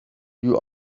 you